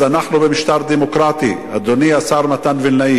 אנחנו במשטר דמוקרטי, אדוני השר מתן וילנאי.